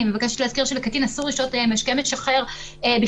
אני מבקשת להזכיר שלקטין אסור לשתות משקה משכר בכלל,